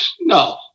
no